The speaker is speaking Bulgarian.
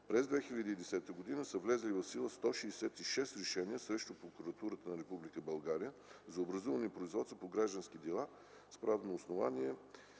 През 2010 г. са влезли в сила 166 решения срещу Прокуратурата на Република България по образувани производства по граждански дела с правно основание